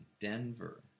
Denver